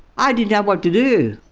i didn't know what to do!